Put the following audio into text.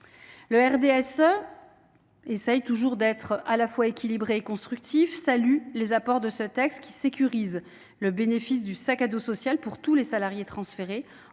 du RDSE, qui tente toujours d’être à la fois équilibré et constructif, salue les apports de ce texte qui sécurise le bénéfice du « sac à dos social » pour tous les salariés transférés,